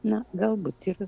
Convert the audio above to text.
na galbūt ir